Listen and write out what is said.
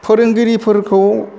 फोरोंगिरिफोरखौ